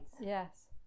yes